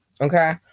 Okay